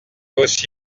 aussi